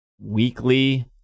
weekly